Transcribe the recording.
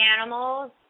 animals